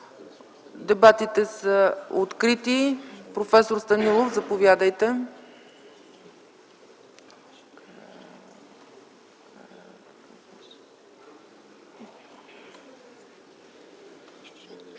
Дебатите са открити. Професор Станилов, заповядайте.